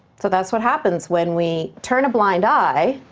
so that's what happens when we turn a blind eye.